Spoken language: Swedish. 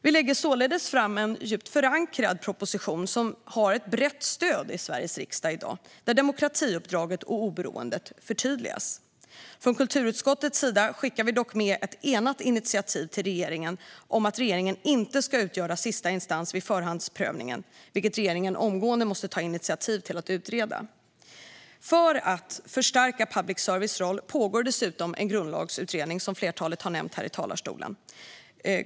Vi lägger således i dag fram en djupt förankrad proposition som har ett brett stöd i Sveriges riksdag där demokratiuppdraget och oberoendet förtydligas. Från kulturutskottets sida skickar vi också med ett enat initiativ till regeringen om att regeringen inte ska utgöra sista instans vid förhandsprövningen, vilket regeringen omgående måste ta initiativ till att utreda. För att förstärka public services roll pågår dessutom en grundlagsutredning, vilket flera har nämnt här i talarstolen.